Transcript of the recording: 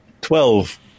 Twelve